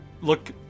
look